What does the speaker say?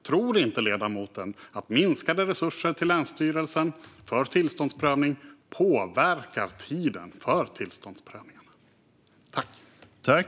Tror inte ledamoten att minskade resurser till länsstyrelserna för tillståndsprövningar påverkar tiden för tillståndsprövningarna?